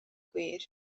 gwir